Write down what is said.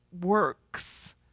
works